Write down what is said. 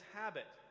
habit